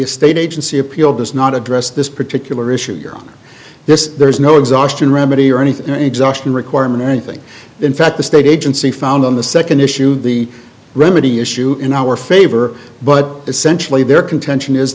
the state agency appeal does not address this particular issue on this there's no exhaustion remedy or anything exhaustion requirement anything in fact the state agency found on the second issue the remedy issue in our favor but essentially their contention is